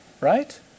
right